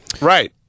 Right